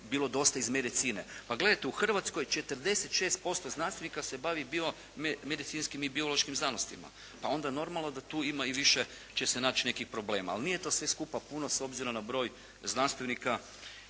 bilo dosta iz medicine? Pa gledajte, u Hrvatskoj 46% znanstvenika se bavi biomedicinskim i biološkim znanostima. Pa onda normalno da tu ima i više će se naći nekih problema. Ali nije to sve skupa puno s obzirom na broj znanstvenika